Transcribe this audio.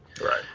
Right